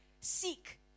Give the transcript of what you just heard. seek